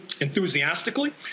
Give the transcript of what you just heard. enthusiastically